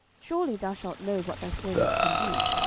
surely thou shalt know what thy servant can do.